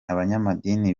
abanyamadini